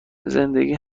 زندگی